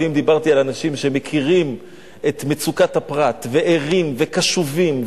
אם דיברתי על אנשים שמכירים את מצוקת הפרט וערים וקשובים,